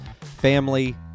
family